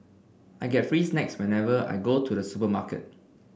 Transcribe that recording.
I get free snacks whenever I go to the supermarket